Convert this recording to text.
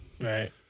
Right